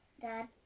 Dad